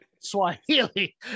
swahili